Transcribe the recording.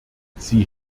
sie